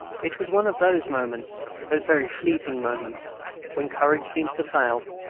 it was one of those moments those very fleeting moments when courage seems to fail,